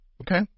Okay